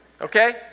okay